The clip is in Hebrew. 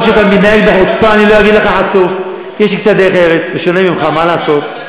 אני אומר, בשונה ממך, חצוף.